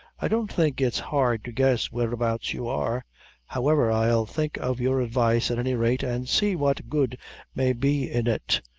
i don't think it's hard to guess whereabouts you are however i'll think of your advice at any rate, an' see what good may be in it.